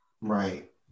Right